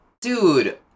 dude